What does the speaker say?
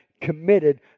committed